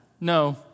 No